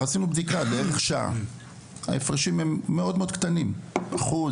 עשינו בדיקה לערך שעה וההפרשים הם קטנים מאוד אחוז,